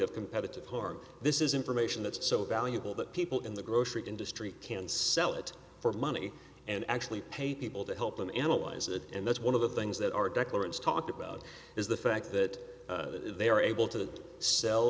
of competitive harm this is information that's so valuable that people in the grocery industry can sell it for money and actually pay people to help them analyze it and that's one of the things that our declan's talked about is the fact that they are able to sell